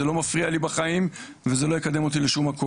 זה לא מפריע לי בחיים וזה לא יקדם אותי לשום מקום.